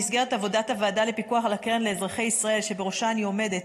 במסגרת עבודת הוועדה לפיקוח על הקרן לאזרחי ישראל שבראשה אני עומדת,